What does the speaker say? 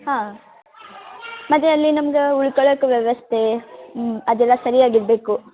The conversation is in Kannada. ಹಾಂ ಮತ್ತೆ ಅಲ್ಲಿ ನಮ್ದು ಉಳ್ಕಳಕ್ಕೆ ವ್ಯವಸ್ಥೆ ಅದೆಲ್ಲ ಸರಿಯಾಗಿ ಇರಬೇಕು